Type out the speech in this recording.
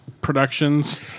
productions